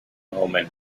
omen